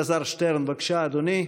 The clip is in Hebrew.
חבר הכנסת אלעזר שטרן, בבקשה, אדוני.